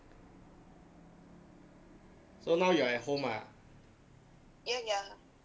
so now you're at home ah